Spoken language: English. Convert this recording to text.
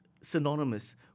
synonymous